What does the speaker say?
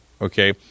okay